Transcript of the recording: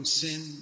sin